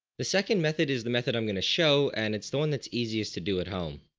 the second method is the method i'm going to show and it's the one that's easiest to do at home.